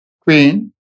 queen